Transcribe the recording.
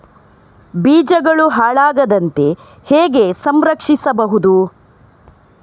ಬೀಜಗಳು ಹಾಳಾಗದಂತೆ ಹೇಗೆ ಸಂರಕ್ಷಿಸಬಹುದು?